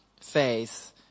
faith